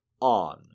on